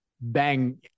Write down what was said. bang